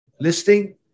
listing